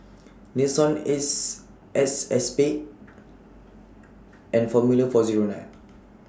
Nixon Ace X Spade and Formula four Zero nine